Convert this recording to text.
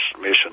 mission